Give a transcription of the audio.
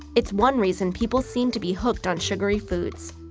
it's one reason people seem to be hooked on sugary foods.